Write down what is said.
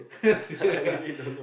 serious ah